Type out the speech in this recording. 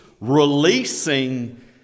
releasing